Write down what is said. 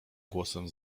głosem